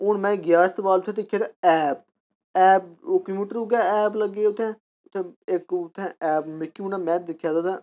हुन में गेआ अस्तपाल ते उत्थै दिक्खेआ तां ऐप ऐप कंप्यूटर उ'ऐ ऐप लग्गे दा उत्थै उत्थै इक उत्थै ऐप मिकी उ'नें में दिक्खेआ ते उत्थै